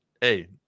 Hey